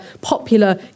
popular